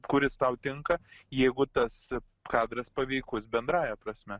kuris tau tinka jeigu tas kadras paveikus bendrąja prasme